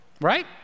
right